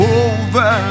over